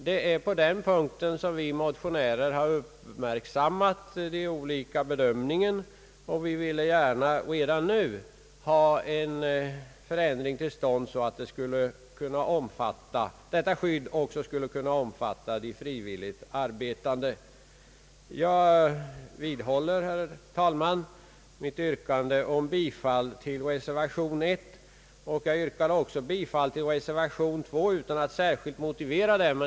Det är på den punkten som vi motionärer har uppmärksammat den olikartade bedömningen, och vi vill gärna redan nu ha en förändring till stånd, så att detta skydd också skulle kunna omfatta dem som arbetar frivilligt inom försvaret. Herr talman! Jag vidhåller mitt yrkande om bifall till reservation 1. Jag yrkade också bifall till reservation 2 utan att anföra någon särskild motivering.